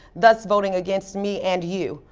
thus voting against me and you.